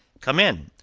come in.